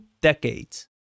decades